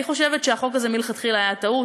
אני חושבת שהחוק הזה מלכתחילה היה טעות.